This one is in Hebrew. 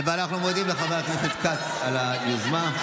אנחנו מודים לחבר הכנסת כץ על היוזמה.